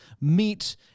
meat